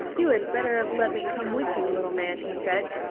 you had better have let me come with you, little man, he said,